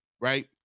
right